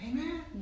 Amen